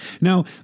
Now